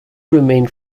remained